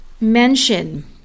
mention